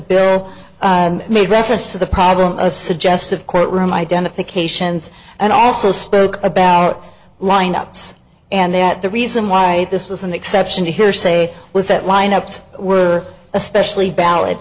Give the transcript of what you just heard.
bill and made reference to the problem of suggestive courtroom identifications and also spoke about lineups and that the reason why this was an exception to hearsay was that lineups were especially val